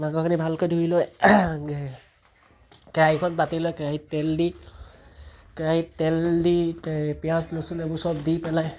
মাংসখিনি ভালকৈ ধুই লৈ কেৰাহীখন পাতি লৈ কেৰাহীত তেল দি কেৰাহীত তেল দি পিঁয়াজ লচুন এইবোৰ চব দি পেলাই